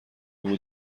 بود